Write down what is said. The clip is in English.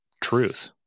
truth